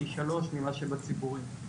פי שלוש ממה שבציבורי.